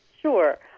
Sure